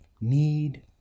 need